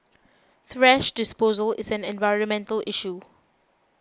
thrash disposal is an environmental issue